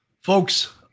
Folks